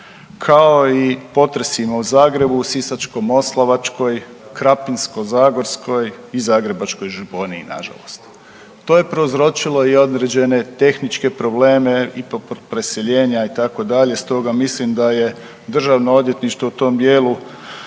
kao i potresima u Zagrebu, Sisačko-moslavačkoj, Krapinsko-zagorskoj i Zagrebačkoj županiji nažalost. To je prouzročilo i određene tehničke probleme i preseljenja itd. stoga mislim da je državno odvjetništvo u tom dijelu